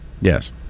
Yes